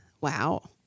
Wow